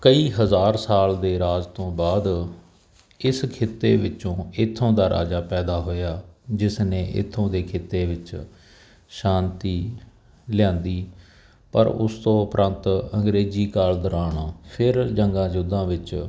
ਕਈ ਹਜ਼ਾਰ ਸਾਲ ਦੇ ਰਾਜ ਤੋਂ ਬਾਅਦ ਇਸ ਖਿੱਤੇ ਵਿੱਚੋਂ ਇੱਥੋਂ ਦਾ ਰਾਜਾ ਪੈਦਾ ਹੋਇਆ ਜਿਸ ਨੇ ਇੱਥੋਂ ਦੇ ਖਿੱਤੇ ਵਿੱਚ ਸ਼ਾਂਤੀ ਲਿਆਂਦੀ ਪਰ ਉਸ ਤੋਂ ਉਪਰੰਤ ਅੰਗਰੇਜ਼ੀ ਕਾਲ ਦੌਰਾਨ ਫਿਰ ਜੰਗਾਂ ਯੁੱਧਾਂ ਵਿੱਚ